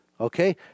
Okay